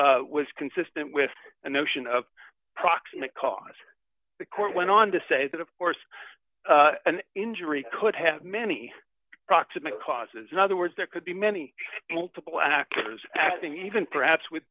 that was consistent with the notion of proximate cause the court went on to say that of course an injury could have many proximate causes other words there could be many multiple actors acting even perhaps with